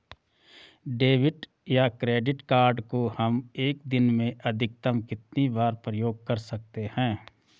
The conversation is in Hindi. डेबिट या क्रेडिट कार्ड को हम एक दिन में अधिकतम कितनी बार प्रयोग कर सकते हैं?